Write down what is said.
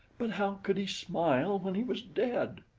but how could he smile when he was dead?